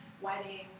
weddings